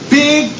big